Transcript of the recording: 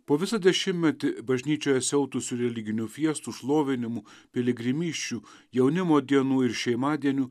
po visą dešimtmetį bažnyčioje siautusių religinių fiestų šlovinimų piligrimysčių jaunimo dienų ir šeimadienių